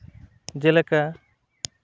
ᱡᱮᱞᱮᱠᱟ